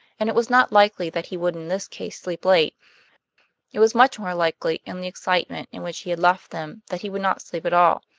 and it was not likely that he would in this case sleep late it was much more likely, in the excitement in which he had left them, that he would not sleep at all.